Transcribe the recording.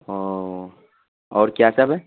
اوہ اور کیا سب ہے